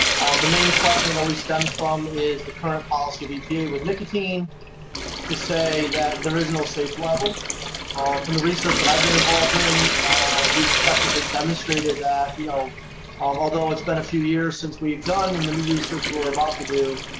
the main question that and always stems from is the current policy of epa and with nicotine to say that there is no safe level ah from the research that i've been involved in, we've effectively demonstrated that you know um although it's been a few years since we've done and the new research we're about to do,